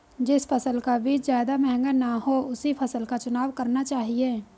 जिस फसल का बीज ज्यादा महंगा ना हो उसी फसल का चुनाव करना चाहिए